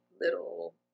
little